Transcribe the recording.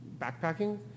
backpacking